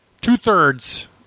two-thirds